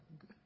good